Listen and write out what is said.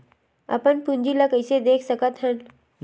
अपन पूंजी ला कइसे देख सकत हन?